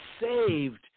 saved